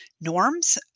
norms